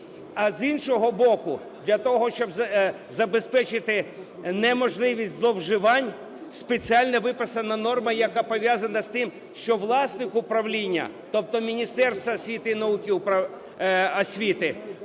А з іншого боку, для того, щоб забезпечити неможливість зловживань, спеціально виписана норма, яка пов'язана з тим, що власник управління, тобто Міністерство освіти і науки,